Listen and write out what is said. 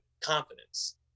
Confidence